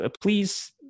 please